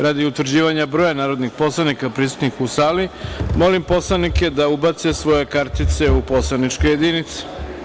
Radi utvrđivanja broja narodnih poslanika prisutnih u sali, molim poslanike da ubace svoje kartice u poslaničke jedinice.